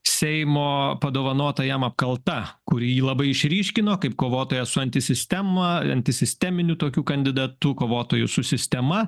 seimo padovanota jam apkalta kuri jį labai išryškino kaip kovotoją su antisistema antisisteminiu tokiu kandidatu kovotoju su sistema